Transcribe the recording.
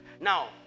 now